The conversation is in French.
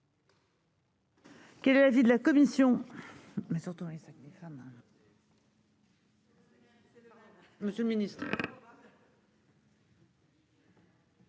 Quel est l'avis de la commission ?